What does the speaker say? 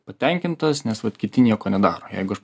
patenkintas nes vat kiti nieko nedaro jeigu aš